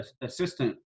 assistant